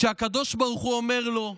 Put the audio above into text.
כשהקדוש ברוך הוא אומר לו: